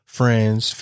friends